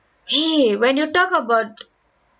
!hey! when you talk about